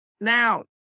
now